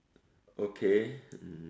okay mm